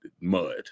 Mud